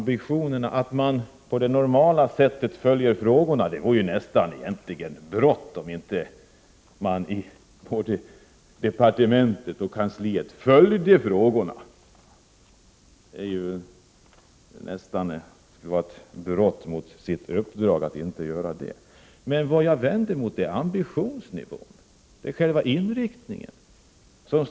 Det vore nästan ett brott om man inte på departementet och kansliet hade ambitionen att följa upp frågorna på det normala sättet. Det skulle vara ett brott mot sitt uppdrag att inte göra så. Jag vänder mig mot ambitionsnivån och själva inriktningen av arbetet.